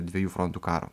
dviejų frontų karo